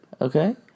Okay